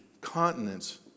continents